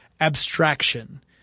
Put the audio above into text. abstraction